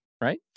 Right